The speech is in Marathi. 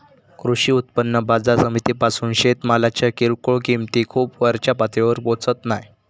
कृषी उत्पन्न बाजार समितीपासून शेतमालाच्या किरकोळ किंमती खूप वरच्या पातळीवर पोचत नाय